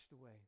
away